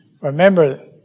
Remember